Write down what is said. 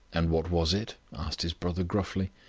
and what was it? asked his brother gruffly.